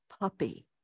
puppy